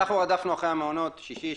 אנחנו רדפנו אחרי המעונות שישי,